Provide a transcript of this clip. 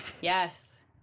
Yes